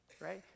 right